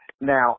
Now